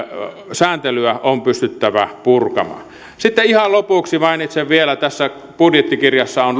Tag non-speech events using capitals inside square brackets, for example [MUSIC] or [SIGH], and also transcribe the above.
sääntelyä on pystyttävä purkamaan sitten ihan lopuksi mainitsen vielä tässä budjettikirjassa on [UNINTELLIGIBLE]